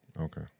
Okay